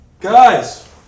guys